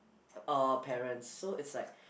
all parents so is like